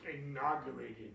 inaugurated